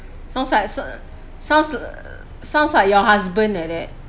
sounds like sounds sounds like your husband like that